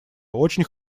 очень